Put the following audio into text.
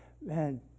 man